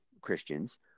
Christians